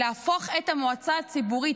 להפוך את המועצה הציבורית,